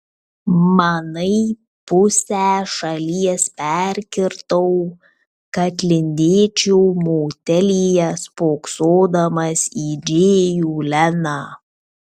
manai pusę šalies perkirtau kad lindėčiau motelyje spoksodamas į džėjų leną